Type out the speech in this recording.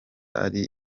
ari